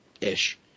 ish